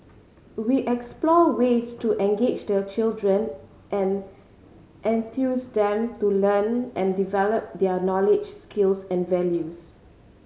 we explore ways to engage the children and enthuse them to learn and develop their knowledge skills and values